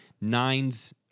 nines